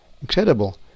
incredible